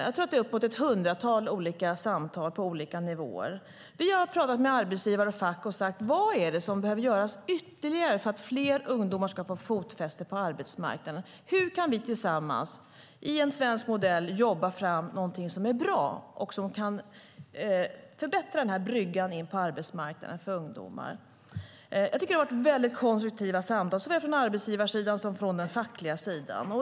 Jag tror att det är uppemot ett hundratal olika samtal på olika nivåer. Vi har pratat med arbetsgivare och fack och frågat: Vad är det som behöver göras ytterligare för att fler ungdomar ska få fotfäste på arbetsmarknaden? Hur kan vi tillsammans i en svensk modell jobba fram någonting som är bra och som kan förbättra bryggan in på arbetsmarknaden för ungdomar? Det har varit mycket konstruktiva samtal med såväl arbetsgivarsidan som den fackliga sidan.